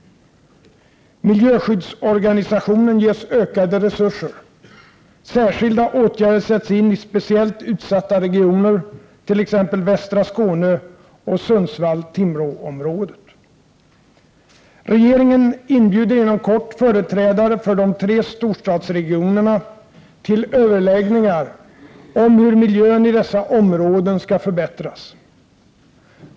Miljöskyddsorganisationen ges ökade resurser. Särskilda åtgärder sätts in i speciellt utsatta regioner, t.ex. västra Skåne och Sundsvall/Timrå-området. Regeringen inbjuder inom kort företrädare för de tre storstadsregionerna till överläggningar om hur miljön i dessa områden skall förbättras.